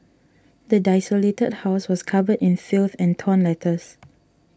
the desolated house was covered in filth and torn letters